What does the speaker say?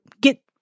get